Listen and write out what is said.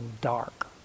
dark